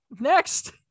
Next